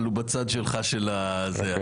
אבל הוא בצד שלך של הגוש,